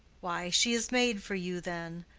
why, she is made for you then.